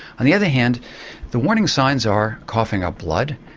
on the other hand the warning signs are coughing up blood,